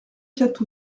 quatre